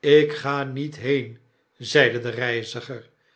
ik ga niet heen zeide de reiziger